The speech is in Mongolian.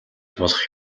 болох